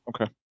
Okay